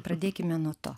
pradėkime nuo to